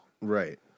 right